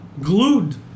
Glued